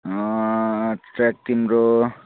track तिम्रो